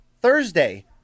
Thursday